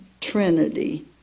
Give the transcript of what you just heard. Trinity